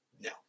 No